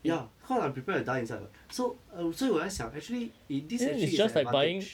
ya cause I'm prepared to die inside [what] so uh 所以我在想 actually it this actually is an advantage